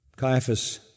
Caiaphas